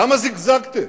למה זגזגתם?